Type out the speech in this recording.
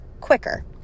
quicker